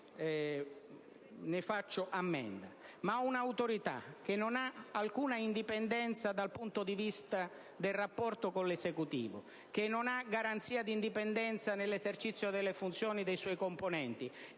ne faccio ammenda, ma un'autorità che non ha alcuna indipendenza dal punto di vista del rapporto con l'Esecutivo, che non ha garanzia di indipendenza nell'esercizio delle funzioni dei suoi componenti,